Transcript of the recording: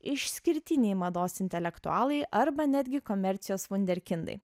išskirtiniai mados intelektualai arba netgi komercijos vunderkindai